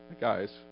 guys